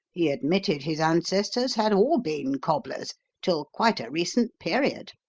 he admitted his ancestors had all been cobblers till quite a recent period.